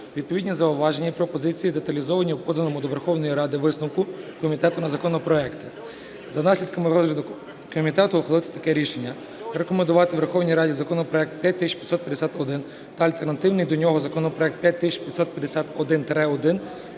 Відповідні зауваження і деталізовані у поданому до Верховної Ради висновку комітету на законопроекти. За наслідками розгляду комітетом ухвалити таке рішення. Рекомендувати Верховній Раді законопроект 5551 та альтернативний до нього законопроект 5551-1